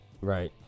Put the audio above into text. Right